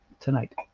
tonight